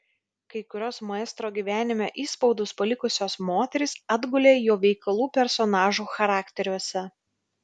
kai kurios maestro gyvenime įspaudus palikusios moterys atgulė jo veikalų personažų charakteriuose